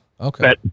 Okay